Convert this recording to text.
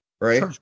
right